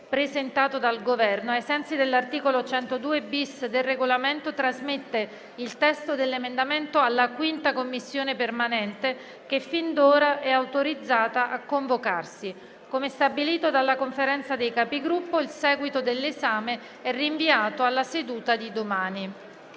presentato dal Governo, e, ai sensi dell'articolo 102-*bis* del Regolamento, trasmette il testo dell'emendamento alla 5a Commissione permanente, che fin d'ora è autorizzata a convocarsi. Come stabilito dalla Conferenza dei Capigruppo, il seguito della discussione del disegno